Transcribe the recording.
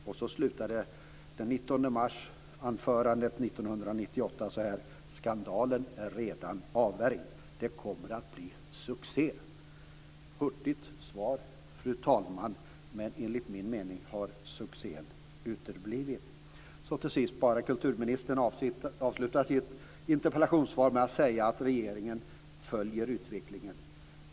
Så avslutade hon sitt anförande den 19 mars 1998: "Skandalen är alltså redan avvärjd, och det kommer att bli succé -." Det är ett hurtigt svar, fru talman, men enligt min mening har succén uteblivit. Kulturministern avslutar sitt interpellationssvar med att säga att regeringen följer utvecklingen.